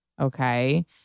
Okay